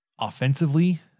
Offensively